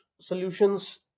solutions